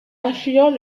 affluent